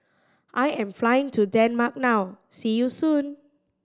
I am flying to Denmark now see you soon